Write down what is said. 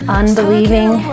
unbelieving